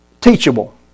teachable